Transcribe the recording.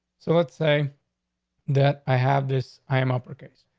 so let's say that i have this. i am uppercase.